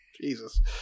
Jesus